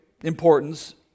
importance